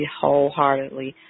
wholeheartedly